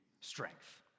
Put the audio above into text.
strength